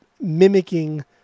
mimicking